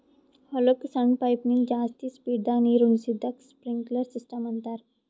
ಹೊಲಕ್ಕ್ ಸಣ್ಣ ಪೈಪಿನಿಂದ ಜಾಸ್ತಿ ಸ್ಪೀಡದಾಗ್ ನೀರುಣಿಸದಕ್ಕ್ ಸ್ಪ್ರಿನ್ಕ್ಲರ್ ಸಿಸ್ಟಮ್ ಅಂತಾರ್